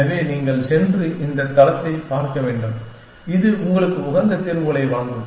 எனவே நீங்கள் சென்று இந்த தளத்தைப் பார்க்க வேண்டும் இது உங்களுக்கு உகந்த தீர்வுகளை வழங்கும்